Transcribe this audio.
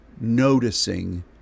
noticing